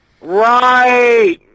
Right